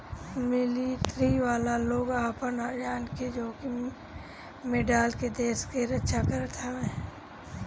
military वाला लोग आपन जान के जोखिम में डाल के देस के रक्षा करत हवे